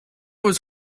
was